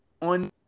On